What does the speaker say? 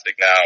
now